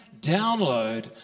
download